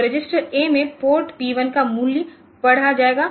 तो register a में port P 1 का मूल्य पढ़ा जाएगा